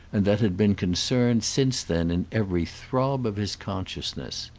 and that had been concerned since then in every throb of his consciousness.